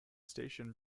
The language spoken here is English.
station